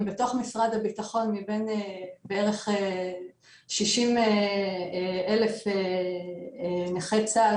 אם בתוך משרד הביטחון מבין בערך 60 אלף נכי צה"ל,